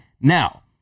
Now